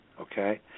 Okay